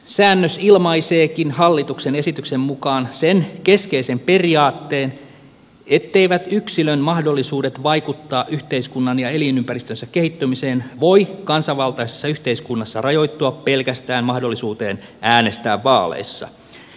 säännös ilmaiseekin hallituksen esityksen mukaan sen keskeisen periaatteen etteivät yksilön mahdollisuudet vaikuttaa yhteiskunnan ja elinympäristönsä kehittymiseen voi kansanvaltaisessa yhteiskunnassa rajoittua pelkästään mahdollisuuteen äänestää vaaleissa